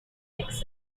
taxes